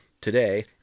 today